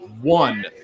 one